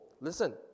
Listen